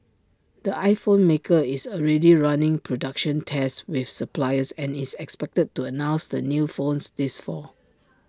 the iPhone maker is already running production tests with suppliers and is expected to announce the new phones this fall